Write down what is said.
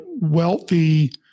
wealthy